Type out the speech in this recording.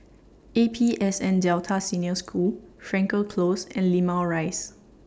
A P S N Delta Senior School Frankel Close and Limau Rise